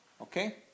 Okay